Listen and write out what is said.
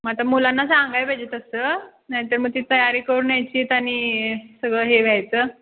मग आता मुलांना सांगायला पाहिजे तसं नाहीतर मग ती तयारी करून यायचीत आणि सगळं हे व्हायचं